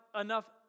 enough